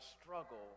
struggle